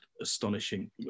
astonishing